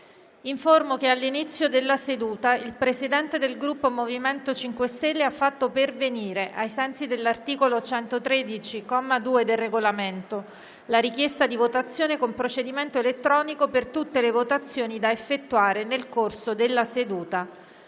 che all'inizio della seduta il Presidente del Gruppo MoVimento 5 Stelle ha fatto pervenire, ai sensi dell'articolo 113, comma 2, del Regolamento, la richiesta di votazione con procedimento elettronico per tutte le votazioni da effettuare nel corso della seduta.